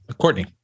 Courtney